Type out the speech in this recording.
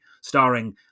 starring